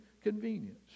convenience